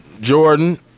Jordan